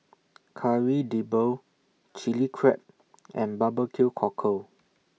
Kari Debal Chilli Crab and B B Q Cockle